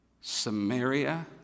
Samaria